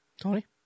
Tony